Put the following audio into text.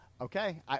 Okay